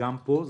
וגם פה.